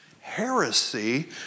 Heresy